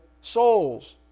souls